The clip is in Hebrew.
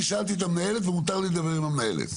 אני שאלתי את המנהלת ומותר לי לדבר עם המנהלת.